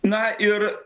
na ir